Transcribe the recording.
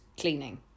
cleaning